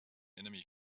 enemy